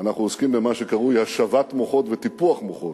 אנחנו עוסקים במה שקרוי השבת מוחות וטיפוח מוחות,